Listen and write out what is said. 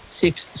six